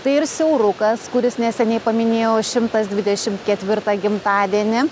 tai ir siaurukas kuris neseniai paminėjo šimtas dvidešim ketvirtą gimtadienį